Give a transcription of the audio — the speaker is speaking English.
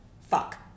fuck